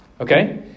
Okay